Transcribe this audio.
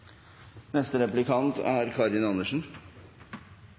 Neste replikant er